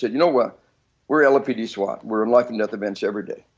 said, you know what? we are lapd swat, we are in life and death events every day.